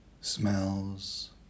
smells